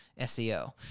SEO